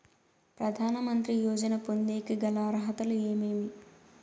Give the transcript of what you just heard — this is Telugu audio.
ప్రధాన మంత్రి యోజన పొందేకి గల అర్హతలు ఏమేమి?